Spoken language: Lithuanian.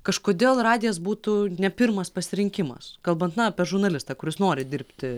kažkodėl radijas būtų ne pirmas pasirinkimas kalbant na apie žurnalistą kuris nori dirbti